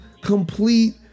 complete